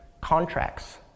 contracts